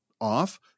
off